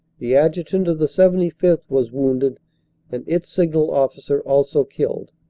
the adjutant of the seventy fifth. was wounded and its signal officer also killed,